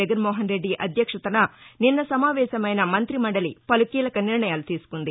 జగన్మోహన్ రెడ్డి అధ్యక్షతన నిన్న సమావేశమైన మంత్రిమండలి పలుకీలక నిర్ణయాలు తీసుకుంది